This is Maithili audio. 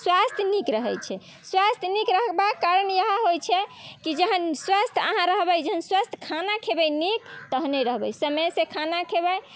स्वास्थ्य नीक रहैत छै स्वास्थ्य नीक रहबाके कारण इएह होइत छै कि जहन स्वस्थ अहाँ रहबै जहन स्वस्थ खाना खेबै नीक तहने रहबै समय से खाना खेबै